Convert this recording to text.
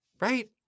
right